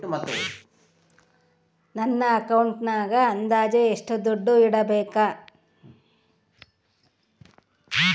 ನನ್ನ ಅಕೌಂಟಿನಾಗ ಅಂದಾಜು ಎಷ್ಟು ದುಡ್ಡು ಇಡಬೇಕಾ?